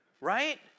right